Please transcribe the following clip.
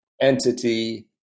entity